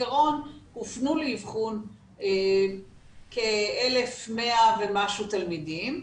בעקרון הופנו לאבחון כ-1,100 תלמידים,